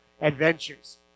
adventures